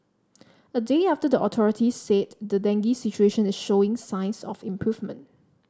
a day after the authorities said the dengue situation is showing signs of improvement